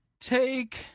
Take